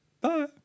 bye